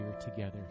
together